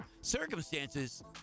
Circumstances